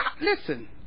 listen